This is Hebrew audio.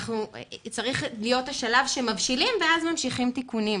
צריך להיות השלב שמבשילים ואז ממשיכים תיקונים.